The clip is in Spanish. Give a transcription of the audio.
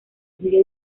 sello